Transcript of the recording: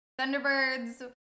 Thunderbirds